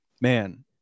man